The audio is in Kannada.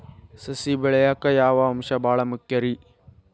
ಸಸಿ ಬೆಳೆಯಾಕ್ ಯಾವ ಅಂಶ ಭಾಳ ಮುಖ್ಯ ರೇ?